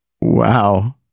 wow